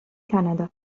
كندا